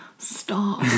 stop